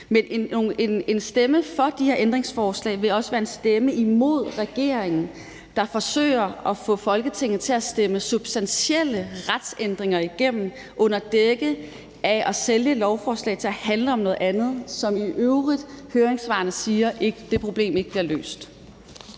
En stemme for de her ændringsforslag vil også være en stemme imod regeringen, der forsøger at få Folketinget til at stemme substantielle retsændringer igennem under dække af noget og ved at sælge lovforslaget, som at det handler om noget andet, hvortil høringssvarene i øvrigt siger, at det problem ikke bliver løst.